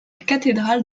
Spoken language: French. cathédrale